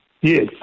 Yes